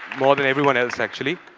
more than everyone else, actually.